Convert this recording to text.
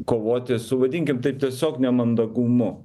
kovoti su vadinkim taip tiesiog nemandagumu